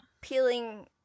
peeling